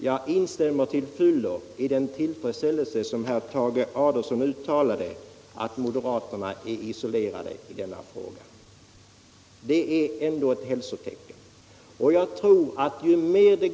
Jag instämmer till fullo i den tillfredsställelse som herr Tage Adolfsson uttalade över att moderaterna är isolerade i denna fråga. Det uttalandet är ett hälsotecken.